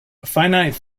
finite